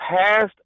past